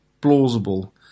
plausible